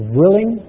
willing